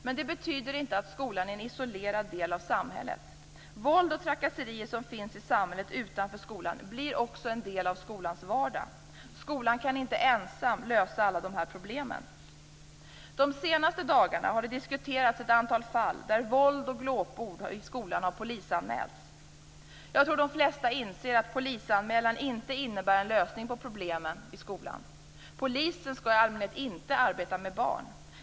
Men det betyder inte att skolan är en isolerad del av samhället. Våld och trakasserier som finns i samhället utanför skolan blir också en del av skolans vardag. Skolan kan inte ensam lösa alla dessa problem. De senaste dagarna har det diskuterats ett antal fall där våld och glåpord i skolan har polisanmälts. Jag tror de flesta inser att polisanmälan inte innebär en lösning på problemen i skolan. Polisen skall i allmänhet inte arbeta med barn.